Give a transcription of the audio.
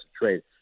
trade